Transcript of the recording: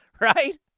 right